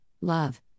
Love